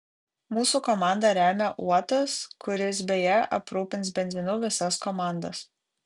mūsų komandą remia uotas kuris beje aprūpins benzinu visas komandas